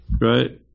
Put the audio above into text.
right